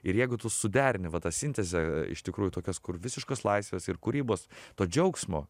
ir jeigu tu suderini va tą sintezę iš tikrųjų tokios kur visiškos laisvės ir kūrybos to džiaugsmo